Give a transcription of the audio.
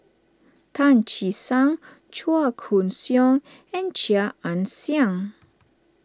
Tan Che Sang Chua Koon Siong and Chia Ann Siang